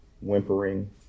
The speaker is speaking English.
whimpering